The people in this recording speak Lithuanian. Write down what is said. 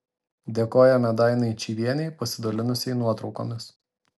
dėkojame dainai čyvienei pasidalinusiai nuotraukomis